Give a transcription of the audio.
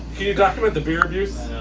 you document the beer abuse?